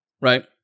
right